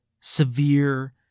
severe